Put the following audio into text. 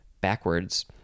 backwards